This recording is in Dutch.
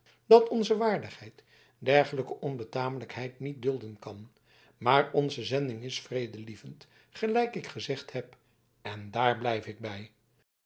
dat onze waardigheid dergelijke onbetamelijkheid niet dulden kan maar onze zending is vredelievend gelijk ik gezegd heb en daar blijf ik bij